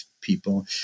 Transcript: people